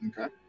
Okay